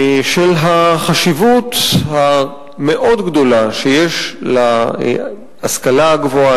החשיבות המאוד-גדולה שיש להשכלה הגבוהה,